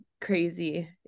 crazy